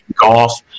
golf